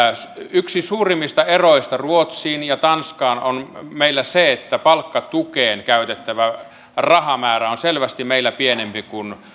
yksi suurimmista eroista ruotsiin ja tanskaan on meillä se että palkkatukeen käytettävä rahamäärä on selvästi meillä pienempi kuin